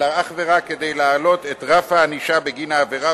אלא אך ורק להעלות את רף הענישה בגין העבירה,